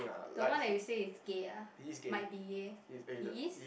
the one that you say is gay ah might be gay he is